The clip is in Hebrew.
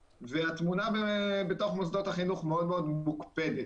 והתמונה בתוך מוסדות החינוך מאוד מאוד מוקפדת.